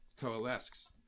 coalesces